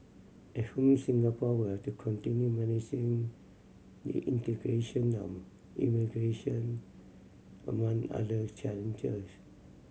at home Singapore will to continue managing the integration of immigrantion among other challenges